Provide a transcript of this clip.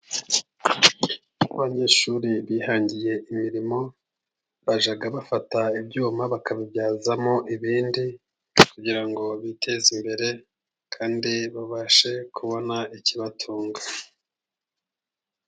Abanyeshuri bihangiye imirimo, bajya bafata ibyuma bakabibyazamo ibindi, kugira ngo biteze imbere kandi babashe kubona ikibatunga.